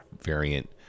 variant